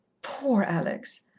poor alex!